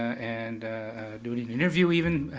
and doing an interview even,